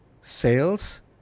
sales